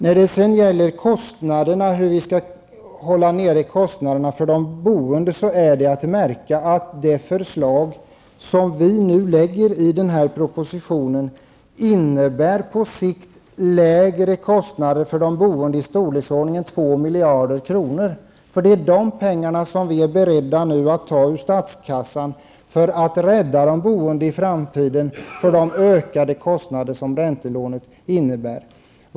När det gäller frågan hur vi skall hålla nere kostnaderna för de boende är det att märka att de förslag som vi nu lägger fram i propositionen på sikt innebär lägre kostnader för de boende i storleksordningen 2 miljarder kronor. Dessa är vi nu beredda att ta ur statskassan för att rädda de boende i framtiden från de ökade kostnader som ett räntelånesystem innebär.